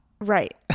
right